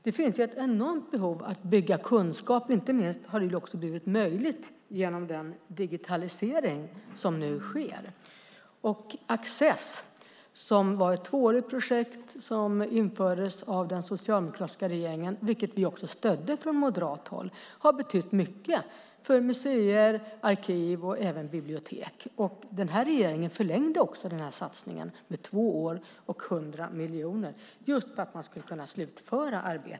Det finns ett enormt behov av att bygga upp kunskap, inte minst har det blivit möjligt genom den digitalisering som nu sker. Access var ett tvåårigt projekt som infördes av den socialdemokratiska regeringen, vilket vi också stödde från moderat håll. Projektet har betytt mycket för museer, arkiv och bibliotek. Den här regeringen förlängde satsningen med två år och 100 miljoner så att arbetet skulle kunna slutföras.